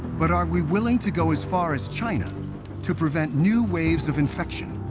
but are we willing to go as far as china to prevent new waves of infection,